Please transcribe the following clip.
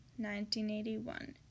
1981